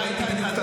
וראיתי בדיוק,